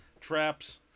Traps